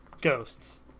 ghosts